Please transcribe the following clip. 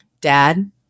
dad